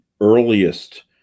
earliest